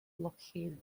lockheed